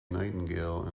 nightingale